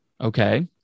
Okay